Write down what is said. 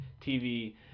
TV